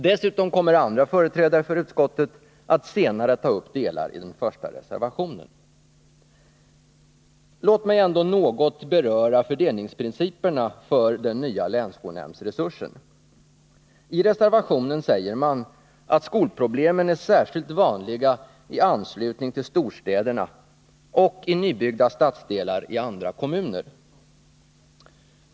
Dessutom kommer andra företrädare för utskottet att senare ta upp delar i den första reservationen. Låt mig ändå något beröra fördelningsprinciperna för den nya länsskolnämndsresursen. I reservationen säger man att skolproblem är särskilt vanliga i anslutning till storstäderna och i nybyggda stadsdelar i andra kommuner.